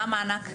מה המענק?